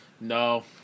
No